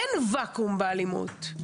זה שאין וואקום באלימות.